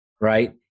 right